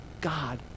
God